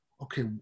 okay